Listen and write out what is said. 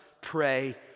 pray